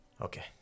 Okay